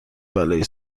بلایی